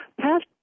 past